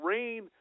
Rain